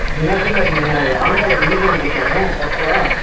జనార్దన్ గారు మేము ఆంధ్రాలో మ్యూజియంకి వచ్చాము కొత్తగా